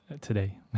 today